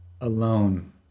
alone